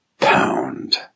pound